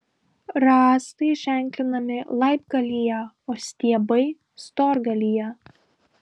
rąstai ženklinami laibgalyje o stiebai storgalyje